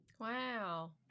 Wow